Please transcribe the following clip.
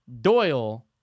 Doyle